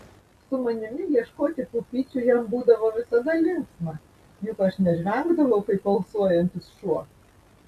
su manimi ieškoti pupyčių jam būdavo visada linksma juk aš nežvengdavau kaip alsuojantis šuo